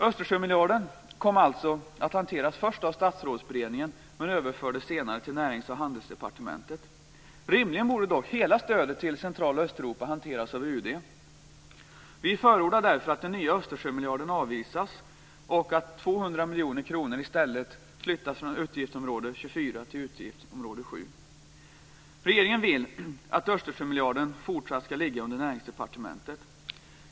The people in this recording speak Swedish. Östersjömiljarden kom alltså att hanteras först av Statsrådsberedningen och överfördes senare till Närings och handelsdepartementet. Rimligen borde dock hela stödet till Central och Östeuropa hanteras av UD. Vi förordar därför att förslaget om den nya Regeringen vill att Östersjömiljarden fortsatt skall ligga under Näringsdepartementet.